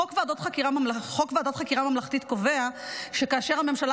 חוק ועדת חקירה ממלכתית קובע שכאשר הממשלה